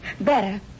Better